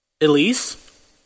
Elise